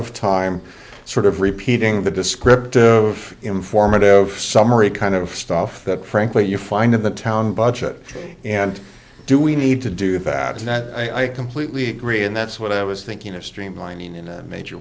of time sort of repeating the descriptive informative summary kind of stuff that frankly you find of the town budget and do we need to do that and that i completely agree and that's what i was thinking of streamlining in a major